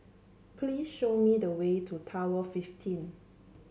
please show me the way to Tower Fifteen